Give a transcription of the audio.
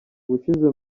ubushize